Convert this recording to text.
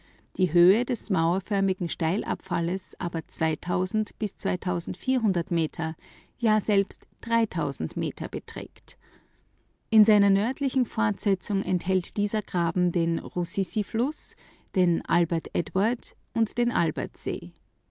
die höhe des mauerförmigen steilabfalles aber bis meter ja selbst meter beträgt in seiner nördlichen fortsetzung enthält dieser graben den russisifluß den albert edward und den albertsee